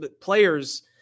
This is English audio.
players